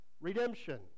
redemption